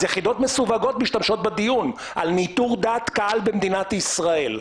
אז יחידות מסווגות משתמשות בדיון על ניטור דעת קהל במדינת ישראל.